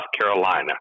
Carolina